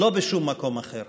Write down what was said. לא בשום מקום אחר.